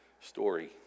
story